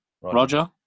Roger